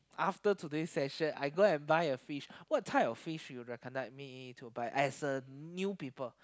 after today session I go and buy a fish what type of fish you recommend me to buy as a new people